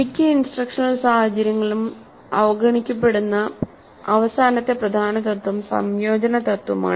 മിക്ക ഇൻസ്ട്രക്ഷണൽ സാഹചര്യങ്ങളിലും അവഗണിക്കപ്പെടുന്ന അവസാനത്തെ പ്രധാന തത്വം സംയോജന തത്വമാണ്